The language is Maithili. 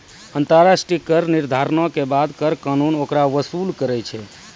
अन्तर्राष्ट्रिय कर निर्धारणो के बाद कर कानून ओकरा वसूल करै छै